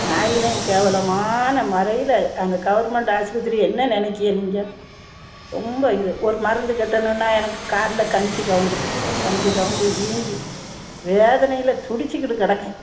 நாயிலையும் கேவலமான முறையில் அந்த கவர்மெண்டு ஆஸ்பத்திரி என்ன நினக்கிறீங்க ரொம்ப இது ஒரு மருந்து கட்டணும்னால் எனக்கு கால்ல கஞ்சி கவுந்துட்டு கஞ்சி கவுந்து வீங்கி வேதனையில் துடிச்சிக்கிட்டு கிடக்கேன்